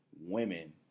women